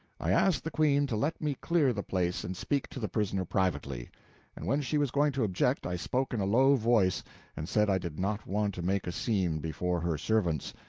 i asked the queen to let me clear the place and speak to the prisoner privately and when she was going to object i spoke in a low voice and said i did not want to make a scene before her servants,